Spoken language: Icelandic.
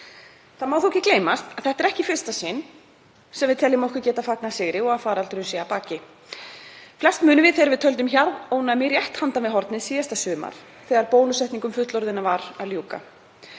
Það má þó ekki gleymast að þetta er ekki í fyrsta sinn sem við teljum okkur geta fagnað sigri og að faraldurinn sé að baki. Flest munum við þegar við töldum hjarðónæmi rétt handan við hornið síðasta sumar þegar bólusetningu fullorðinna var að ljúka.